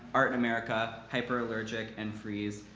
art in america, hyperallergic, and frieze.